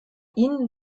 ihnen